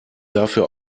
dafür